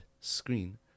screen